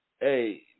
hey